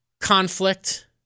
conflict